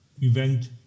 event